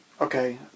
Okay